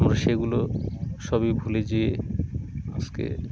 আমরা সেগুলো সবই ভুলে যেয়ে আজকে